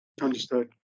Understood